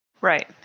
Right